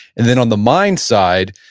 and then on the mind side,